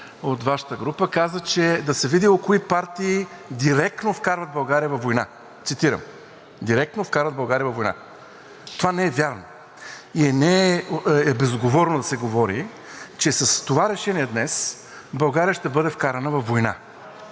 по телевизията, каза да се видело кои партии директно вкарват България във война, цитирам: „директно вкарват България във война!“ Това не е вярно и е безотговорно да се говори, че с това решение днес България ще бъде вкарана във война